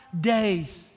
days